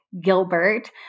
Gilbert